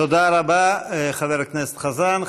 תודה רבה לחבר הכנסת חזן.